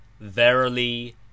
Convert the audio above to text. verily